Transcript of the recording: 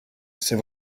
c’est